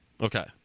Okay